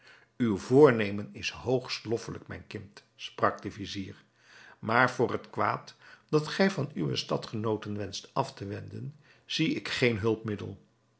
uw voornemen is hoogst loffelijk mijn kind sprak de vizier maar voor het kwaad dat gij van uwe stadgenooten wenscht af te wenden zie ik geen hulpmiddel